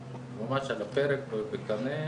בקנה,